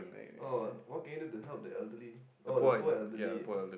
oh what can you do to help the elderly oh the poor elderly